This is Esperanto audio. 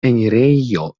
enirejo